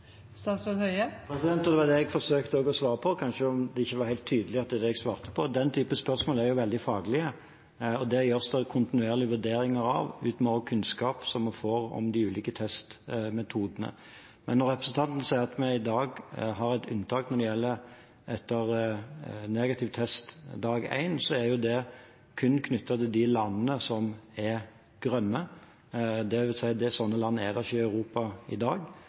Det var det jeg forsøkte å svare på, men det var kanskje ikke helt tydelig at det var det jeg svarte på. Den typen spørsmål er veldig faglige, og det gjøres det kontinuerlige vurderinger av, ut fra den kunnskap som vi får om de ulike testmetodene. Men når representanten sier at vi i dag har et unntak etter negativ test fra dag én, er det kun knyttet til de landene som er grønne. Sånne land er det ikke i Europa i dag,